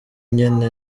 nyene